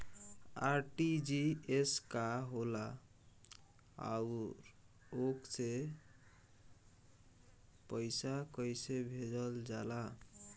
RTGS का होला आउरओ से पईसा कइसे भेजल जला?